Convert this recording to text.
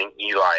Eli